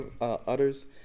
others